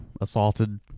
assaulted